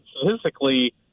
statistically